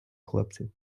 хлопців